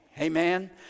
Amen